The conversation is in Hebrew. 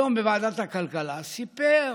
היום בוועדת הכלכלה סיפר